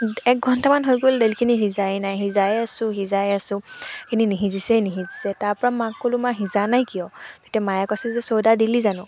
এক ঘণ্টামান হৈ গ'ল দালিখিনি সিজায়ে নাই সিজাই আছোঁ সিজাই আছোঁ এইখিনি নিসিজিছেহে নিসিজিছে তাৰ পৰা মাক কলোঁ মা সিজা নাই কিয় তেতিয়া মায়ে কৈছে চ'দা দিলি জানো